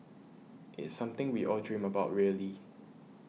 it's something we all dream about really